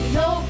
no